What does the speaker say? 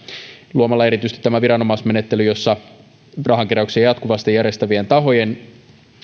luomalla erityisesti tämä viranomaismenettely jossa rahankeräyksiä jatkuvasti järjestävien tahojen